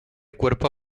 cuerpo